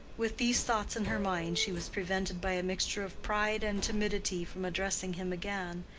with these thoughts in her mind she was prevented by a mixture of pride and timidity from addressing him again,